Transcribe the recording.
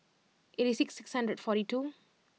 eighty six six hundred and forty two